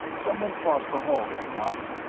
someone crossed the hall then, knox.